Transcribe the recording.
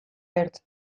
ertz